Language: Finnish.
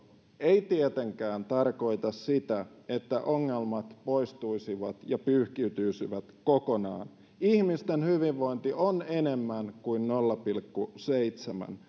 ei tietenkään tarkoita sitä että ongelmat poistuisivat ja pyyhkiytyisivät kokonaan ihmisten hyvinvointi on enemmän kuin nolla pilkku seitsemän